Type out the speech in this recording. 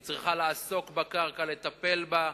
היא צריכה לעסוק בקרקע, לטפל בה,